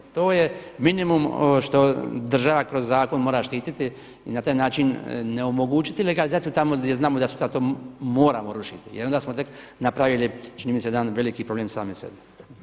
To je minimum što država kroz zakon mora štititi i na taj način ne omogućiti legalizaciju tamo gdje znamo da moramo rušiti jer onda smo tek napravili čini mi se jedan veliki problem sami sebi.